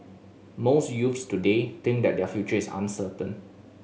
most youths today think that their future is uncertain